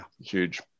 Huge